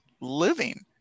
living